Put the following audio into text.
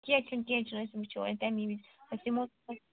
کیٚنہہ چھُنہٕ کیٚنہہ چھُنہٕ أسۍ وٕچھو تَمی وِزِ أسۍ یِمو